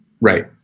Right